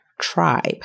tribe